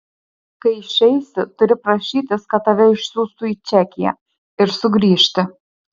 kai išeisi turi prašytis kad tave išsiųstų į čekiją ir sugrįžti